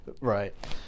Right